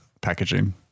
packaging